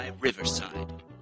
Riverside